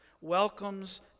welcomes